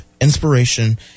inspiration